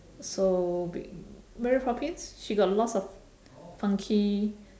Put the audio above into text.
so be mary poppins she got lots of funky